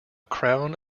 crown